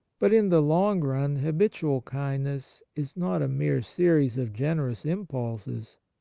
but in the long-run habitual kindness is not a mere series of generous impulses,